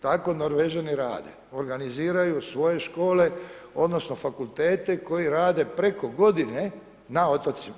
Tako Norvežani rade, organiziraju svoje škole odnosno fakultete koji rade preko godine na otocima.